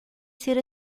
ser